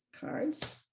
cards